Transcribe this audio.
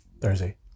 Thursday